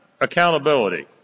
accountability